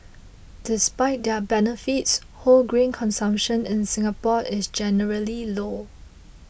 despite their benefits whole grain consumption in Singapore is generally low